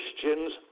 Christians